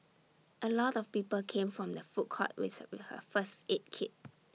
A lot of people came from the food court with A her first aid kit